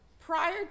prior